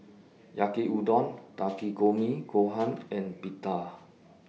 Yaki Udon Takikomi Gohan and Pita